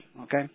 okay